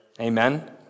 Amen